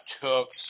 hooks